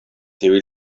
tiuj